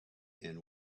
and